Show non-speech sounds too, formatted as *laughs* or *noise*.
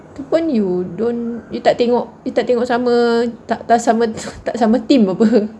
tu pun you don't you tak tengok you tak tengok sama tak sama *laughs* tak sama team apa *laughs*